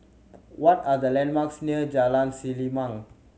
what are the landmarks near Jalan Selimang